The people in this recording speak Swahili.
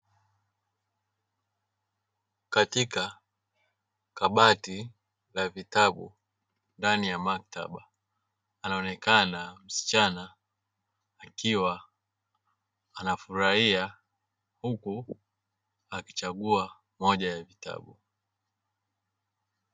Katika kabati la vitabu ndani ya maktaba anaonekana msichana akiwa anafurahia, huku akichagua moja ya vitabu.